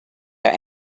are